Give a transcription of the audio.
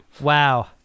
Wow